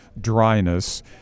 dryness